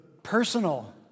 Personal